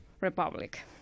Republic